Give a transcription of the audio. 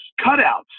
cutouts